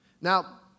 Now